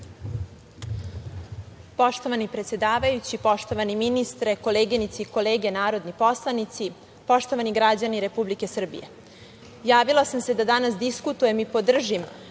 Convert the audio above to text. Poštovani predsedavajući, poštovani ministre, koleginice i kolege narodni poslanici, poštovani građani Republike Srbije, javila sam se da danas diskutujem i podržim